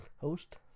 host